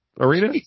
Arena